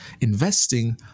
investing